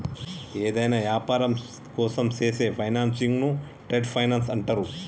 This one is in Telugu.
యేదైనా యాపారం కోసం చేసే ఫైనాన్సింగ్ను ట్రేడ్ ఫైనాన్స్ అంటరు